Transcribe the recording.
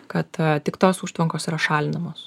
kad tik tos užtvankos yra šalinamos